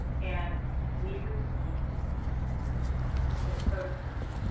and we received his photographs.